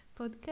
podcast